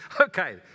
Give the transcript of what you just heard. okay